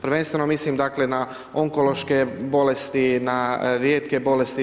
Prvenstveno mislim dakle na onkološke bolesti, na rijetke bolesti itd.